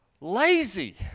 lazy